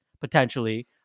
potentially